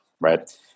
right